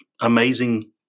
amazing